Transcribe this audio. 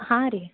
ಹಾಂ ರೀ